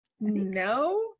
No